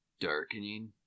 darkening